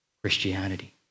Christianity